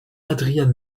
adrian